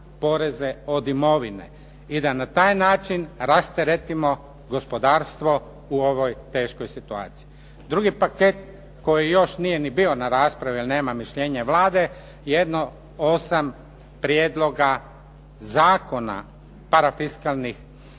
poreze od imovine i da na taj način rasteretimo gospodarstvo u ovoj teškoj situaciji. Drugi paket koji još nije ni bio na raspravi jer nema mišljenje Vlade, jedno 8 prijedloga zakona parafiskalnih